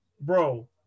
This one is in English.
Bro